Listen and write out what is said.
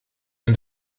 and